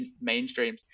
mainstream